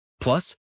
Plus